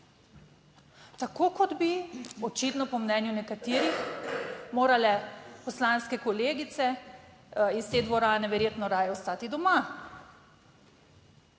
tako kot bi, očitno po mnenju nekaterih, morale poslanske kolegice iz te dvorane verjetno raje ostati doma,